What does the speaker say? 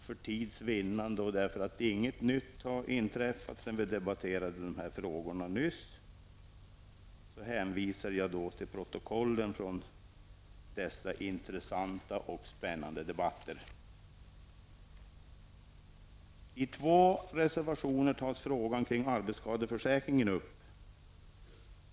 För att vinna tid, och därför att något nytt inte tillkommit sedan vi senast behandlade dessa frågor, hänvisar jag till protokollen från dessa intressanta och spännande debatter. I två reservationer tas frågor kring arbetsskadeförsäkringen upp.